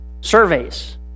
surveys